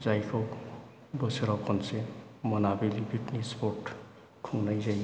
जायखौ बोसोराव खनसे मोनाबिलि पिकनिक स्प'ट खुंनाय जायो